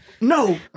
No